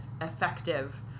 effective